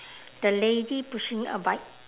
the lady pushing a bike